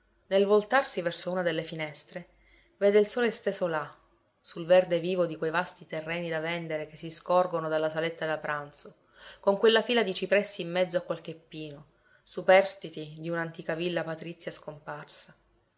nel voltarsi verso una delle finestre vede il sole steso là sul verde vivo di quei vasti terreni da vendere che si scorgono dalla saletta da pranzo con quella fila di cipressi in mezzo a qualche pino superstiti di un'antica villa patrizia scomparsa